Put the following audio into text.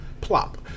plop